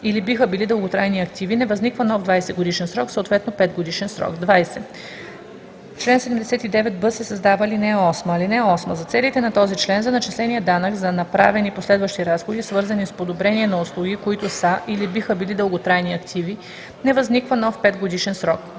или биха били дълготрайни активи, не възниква нов 20-годишен срок, съответно 5-годишен срок.“ 20. В чл. 79б се създава ал. 8: „(8) За целите на този член за начисления данък за направени последващи разходи, свързани с подобрение на услуги, които са или биха били дълготрайни активи, не възниква нов 5-годишен срок.“